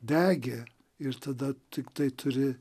degė ir tada tiktai turi